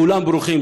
כולם ברוכים,